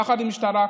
יחד עם המשטרה,